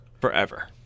forever